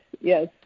yes